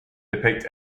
depict